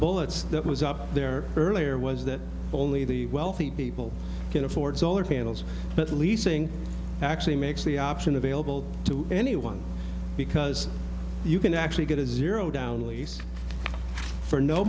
bullets that was up there earlier was that only the wealthy people can afford solar panels but leasing actually makes the option available to anyone because you can actually get a zero down lease for no